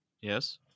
Yes